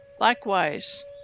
Likewise